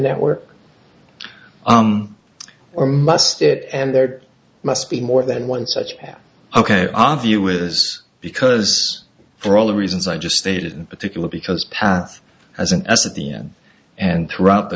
network um or must it and there must be more than one such path ok our view is because for all the reasons i just stated in particular because path as an s at the end and throughout the